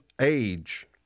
age